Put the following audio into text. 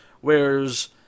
whereas